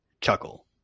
chuckle